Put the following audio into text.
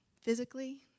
physically